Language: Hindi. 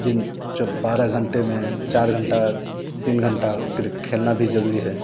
दिन जब बारह घंटे में चार घंटा तीन घंटा क्रिकेट खेलना भी जरूरी है